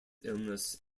illness